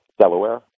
Delaware